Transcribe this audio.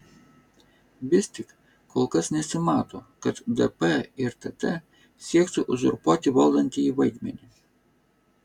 vis tik kol kas nesimato kad dp ir tt siektų uzurpuoti valdantįjį vaidmenį